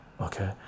Okay